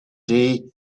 day